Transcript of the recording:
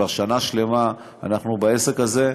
וכבר שנה שלמה אנחנו בעסק הזה,